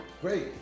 Great